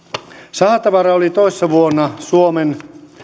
sahatavara oli toissa vuonna suomen